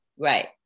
right